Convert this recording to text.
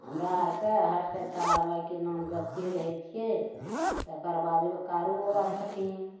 हमरा आरके हर समय तारामाइकेँ नाम जपिते रहै छियै तकर बादमे कारूबाबा छथिन